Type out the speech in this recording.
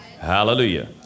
Hallelujah